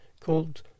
called